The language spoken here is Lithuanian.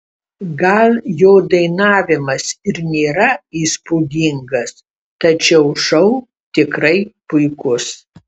gal jo dainavimas ir nėra įspūdingas tačiau šou tikrai puikus